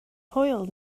hwyl